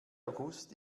august